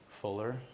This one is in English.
fuller